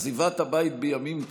עזיבת הבית בימים כאלה,